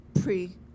pre